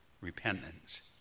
repentance